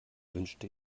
wünschte